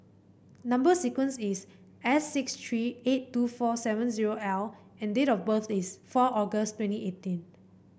number sequence is S six three eight two four seven zero L and date of birth is four August twenty eighteen